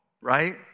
right